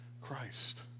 Christ